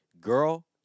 Girl